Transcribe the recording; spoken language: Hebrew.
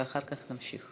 ואחר כך נמשיך.